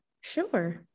Sure